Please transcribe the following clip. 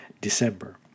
December